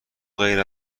غیر